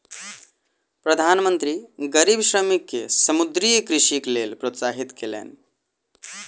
प्रधान मंत्री गरीब श्रमिक के समुद्रीय कृषिक लेल प्रोत्साहित कयलैन